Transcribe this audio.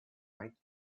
night